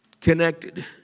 connected